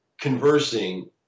conversing